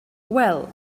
well